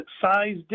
size